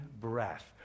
breath